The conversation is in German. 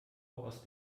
aus